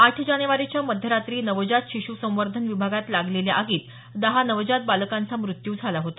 आठ जानेवारीच्या मध्यरात्री नवजात शिशू संवर्धन विभागात लागलेल्या आगीत दहा नवजात बालकांचा मृत्यू झाला होता